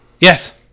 Yes